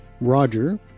Roger